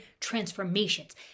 transformations